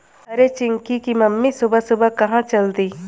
अरे चिंकी की मम्मी सुबह सुबह कहां चल दी?